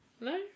No